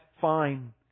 fine